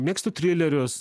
mėgstu trilerius